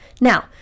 Now